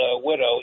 widow